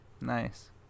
Nice